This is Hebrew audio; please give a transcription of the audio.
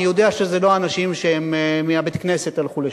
יודע שזה לא אנשים שמבית-הכנסת הלכו לשם,